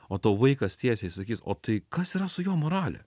o tau vaikas tiesiai sakys o tai kas yra su jo morale